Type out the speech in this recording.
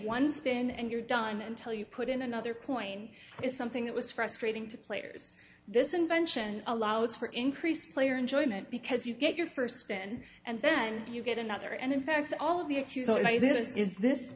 one stan and you're done until you put in another coin is something that was frustrating to players this invention allows for increased player enjoyment because you get your first spin and then you get another and in fact all of the if you say this is this